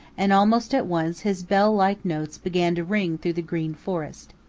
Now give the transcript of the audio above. and almost at once his bell-like notes began to ring through the green forest.